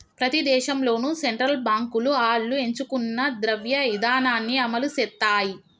ప్రతి దేశంలోనూ సెంట్రల్ బాంకులు ఆళ్లు ఎంచుకున్న ద్రవ్య ఇదానాన్ని అమలుసేత్తాయి